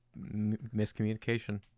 miscommunication